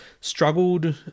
struggled